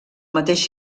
mateix